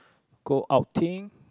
go outing